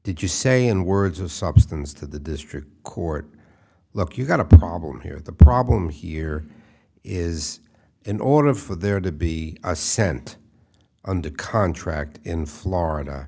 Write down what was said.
did you say in words or substance to the district court look you've got a problem here the problem here is in order for there to be a cent under contract in florida